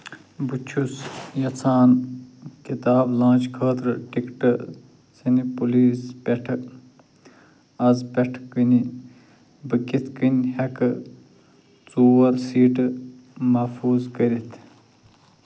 بہٕ چھُس یَژھان کِتاب لانچ خٲطرٕ ٹِکٹہٕ سنہِ پُلیٖس پؠٹھٕ اَز پؠٹھ کنٕنۍ بہٕ کِتھٕ کٔنۍ ہؠکہٕ ژور سیٖٹہٕ محفوٗظ کٔرِتھ